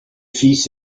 fils